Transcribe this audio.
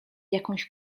jakąś